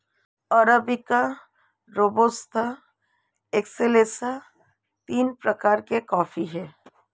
arabica robusta excelsa तीन प्रकार के कॉफी हैं